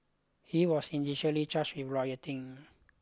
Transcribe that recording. he was initially charged with rioting